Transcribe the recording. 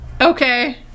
okay